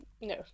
No